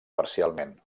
parcialment